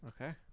Okay